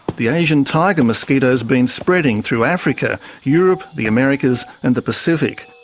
but the asian tiger mosquito has been spreading through africa, europe, the americas and the pacific.